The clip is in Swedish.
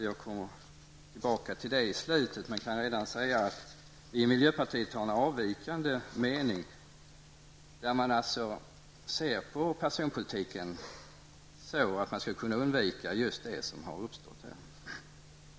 Jag kommer tillbaka till det i slutet av mitt anförande, men jag kan säga redan nu att vi i miljöpartiet har en avvikande mening, att man alltså skall se på personpolitiken så att man kan undvika just det som har uppstått här.